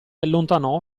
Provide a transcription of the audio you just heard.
allontanò